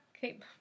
keep